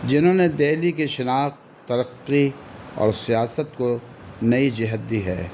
جنہوں نے دہلی کی شناخت ترقی اور سیاست کو نئی جہت دی ہے